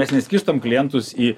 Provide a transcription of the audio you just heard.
mes neskirstom klientus į